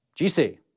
GC